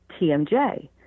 TMJ